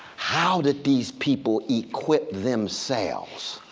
how did these people equip themselves?